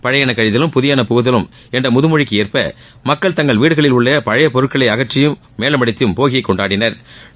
பழையன கழிதலும் புதியன புகுதலும் என்ற முதுமொழிக்கு ஏற்ப மக்கள் தங்கள் வீடுகளில் உள்ள பழைய பொருட்களை அகற்றியும் மேளமடித்தும் போகியை கொண்டாடினா்